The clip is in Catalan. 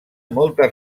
moltes